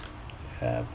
ya